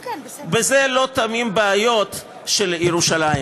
בזה לא תמות הבעיות של ירושלים.